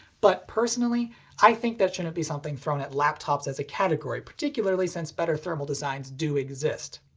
but personally i think that shouldn't be something thrown at laptops as a category, particularly since better thermal designs do exist.